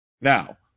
Now